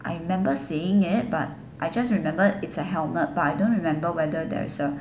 I remember seeing it but I just remember it's a helmet but I don't remember whether there is a